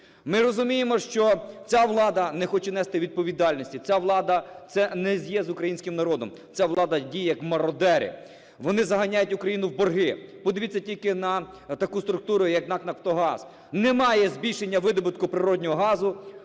Ми розуміємо, що ця влада не хоче нести відповідальості, ця влада не є з українським народом, ця влада діє як мародери, вони заганяють Україну в борги. Подивіться тільки на таку структуру, як НАК "Нафтогаз". Немає збільшення видобутку природнього газу,